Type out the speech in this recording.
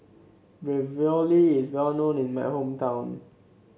ravioli is well known in my hometown